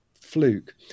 fluke